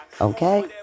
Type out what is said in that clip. Okay